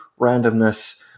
randomness